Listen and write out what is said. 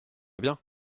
bien